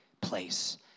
place